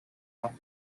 off